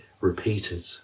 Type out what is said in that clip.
repeated